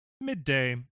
midday